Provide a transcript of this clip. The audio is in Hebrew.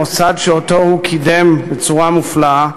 מוסד שהוא קידם בצורה מופלאה,